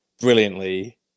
brilliantly